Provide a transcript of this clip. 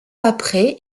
après